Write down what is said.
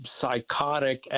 psychotic